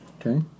Okay